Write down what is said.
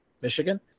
Michigan